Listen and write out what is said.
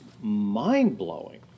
mind-blowing